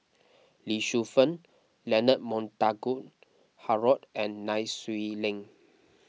Lee Shu Fen Leonard Montague Harrod and Nai Swee Leng